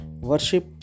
Worship